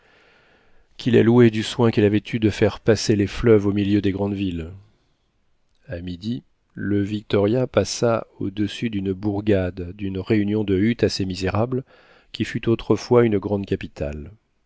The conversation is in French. qui la louait du soin qu'elle avait eu de faire passer les fleuves au milieu des grandes villes a midi le victoria passa au-dessus d'une bourgade d'une réunion de huttes assez misérables qui fut autrefois une grande capitale